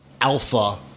alpha